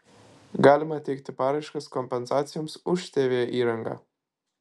galima teikti paraiškas kompensacijoms už tv įrangą